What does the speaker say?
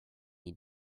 need